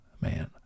man